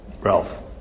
Ralph